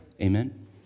Amen